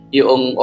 yung